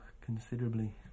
considerably